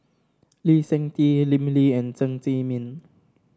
Lee Seng Tee Lim Lee and Chen Zhiming